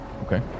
Okay